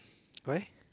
why